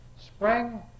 Spring